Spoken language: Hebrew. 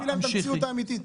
תגידי להם את המציאות האמיתית.